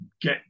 get